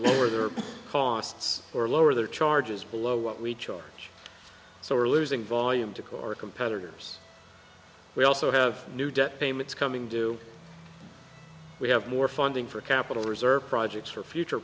lower their costs or lower their charges below what we charge so we're losing volume to call our competitors we also have new debt payments coming due we have more funding for capital reserve projects for future